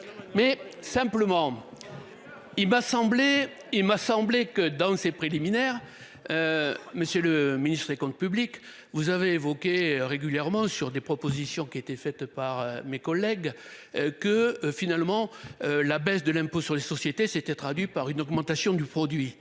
m'a semblé et m'a semblé que dans ses préliminaires. Monsieur le Ministre des comptes publics. Vous avez évoqué régulièrement sur des propositions qui étaient faites par mes collègues. Que finalement. La baisse de l'impôt sur les sociétés s'était traduit par une augmentation du produit.